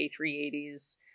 A380s